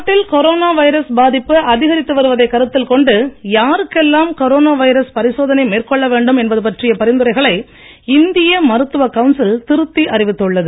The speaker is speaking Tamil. நாட்டில் கொரோனா வைரஸ் பாதிப்பு அதிகரித்து வருவதைக் கருத்தில் கொண்டு யாருக்கெல்லாம் கொரோனா வைரஸ் பரிசோதனை மேற்கொள்ள வேண்டும் என்பது பற்றிய பரிந்துரைகளை இந்திய மருத்துவக் கவுன்சில் திருத்தி அறிவித்துள்ளது